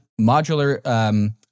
modular